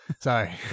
Sorry